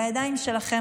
בידיים שלכם,